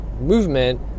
movement